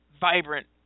vibrant